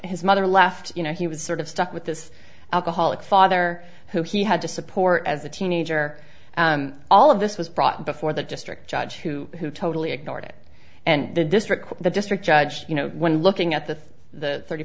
his mother left you know he was sort of stuck with this alcoholic father who he had to support as a teenager all of this was brought before the district judge who totally ignored it and the district the district judge you know when looking at the the thirty